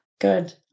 Good